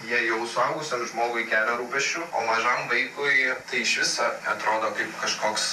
jie jau suaugusiam žmogui kelia rūpesčių o mažam vaikui tai iš viso atrodo kaip kažkoks